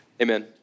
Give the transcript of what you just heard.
Amen